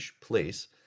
place